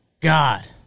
God